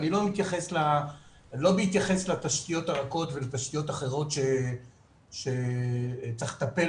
לא בהתייחס לתשתיות הרכות ותשתיות אחרות שצריך לטפל